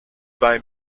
bei